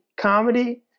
comedy